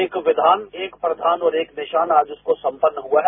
एक विधान एक प्रधान और एक निशान आज उसको समपन्न हुआ है